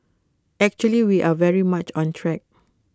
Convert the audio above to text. actually we are very much on track